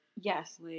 Yes